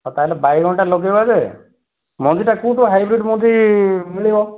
ହଉ ତା'ହେଲେ ବାଇଗଣଟା ଲଗାଇବା ଯେ ମଞ୍ଜିଟା କେଉଁଠୁ ହାଇବ୍ରିଡ଼୍ ମଞ୍ଜି ମିଳିବ